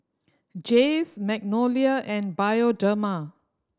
Jays Magnolia and Bioderma